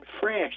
fresh